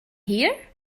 here